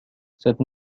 cette